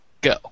go